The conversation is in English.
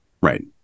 Right